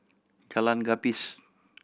Jalan Gapis